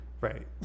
Right